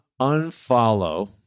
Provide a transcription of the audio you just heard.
unfollow